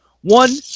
One